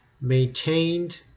maintained